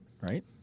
right